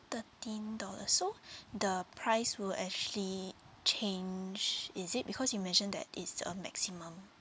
thirteen dollars so the price will actually change is it because you mentioned that is uh maximum